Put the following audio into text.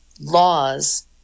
laws